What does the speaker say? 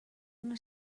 una